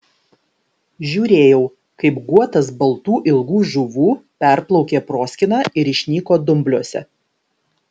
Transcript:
žiūrėjau kaip guotas baltų ilgų žuvų perplaukė proskyną ir išnyko dumbliuose